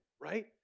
right